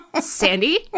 Sandy